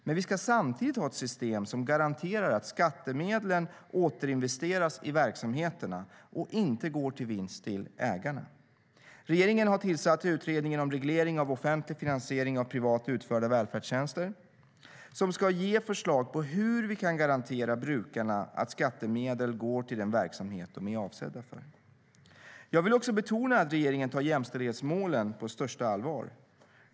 Men vi ska samtidigt ha ett system som garanterar att skattemedlen återinvesteras i verksamheterna och inte går till vinst till ägarna. Regeringen har tillsatt Utredningen om reglering av offentlig finansiering av privat utförda välfärdstjänster, som ska ge förslag på hur vi kan garantera brukarna att skattemedel går till den verksamhet de är avsedda för. Jag vill också betona att regeringen tar jämställdhetsmålen på största allvar.